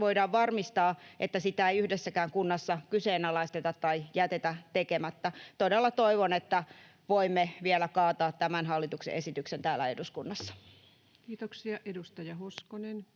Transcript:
voidaan varmistaa, että sitä ei yhdessäkään kunnassa kyseenalaisteta tai jätetä tekemättä. Todella toivon, että voimme vielä kaataa tämän hallituksen esityksen täällä eduskunnassa. Kiitoksia. — Edustaja Hoskonen.